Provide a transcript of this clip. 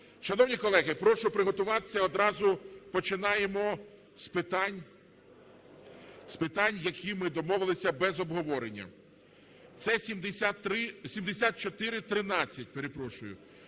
Шановні колеги, прошу приготуватися, одразу починаємо з питань, які ми домовилися без обговорення. Це 7413, перепрошую.